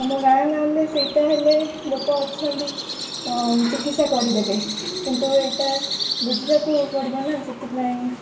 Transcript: ଆମ ଗାଁ ଗାଁରେ ସେଇଟା ହେଲେ ଲୋକ ଅଛନ୍ତି ଚିକିତ୍ସା କରିଦେବେ କିନ୍ତୁ ଏଇଟା ବୁଝିବାକୁ ପଡ଼ିବ ନା ସେଥିପାଇଁ